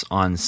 on